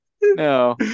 No